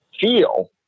feel